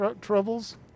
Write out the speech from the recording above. troubles